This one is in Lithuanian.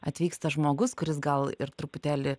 atvyksta žmogus kuris gal ir truputėlį